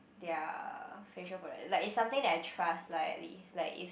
ya facial product like is something like I trust like if like if